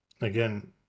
again